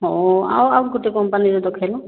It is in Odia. ହେଉ ଆଉ ଆଉ ଗୋଟିଏ କମ୍ପାନୀର ଦେଖାଇଲ